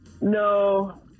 No